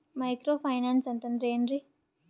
Micro finance ಅಂತಂದ್ರ ಏನ್ರೀ?